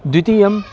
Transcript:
द्वितीयं